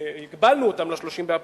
הגבלנו אותם ל-30 באפריל,